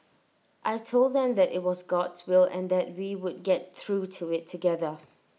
I Told them that IT was God's will and that we would get through IT together